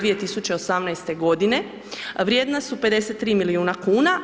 2018., vrijedna su 53 milijuna kuna.